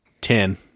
Ten